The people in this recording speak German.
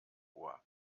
ohr